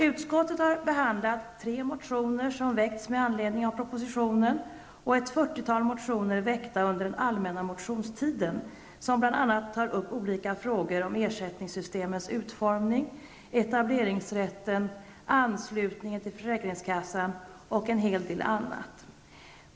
Utskottet har behandlat tre motioner som väckts med anledning av propositionen och ett fyrtiotal motioner väckta under den allmänna motionstiden, som bl.a. tar upp olika frågor om ersättningssystemens utformning, etableringsrätten, anslutningen till försäkringskassan och en hel del annat.